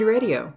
Radio